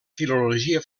filologia